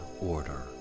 Order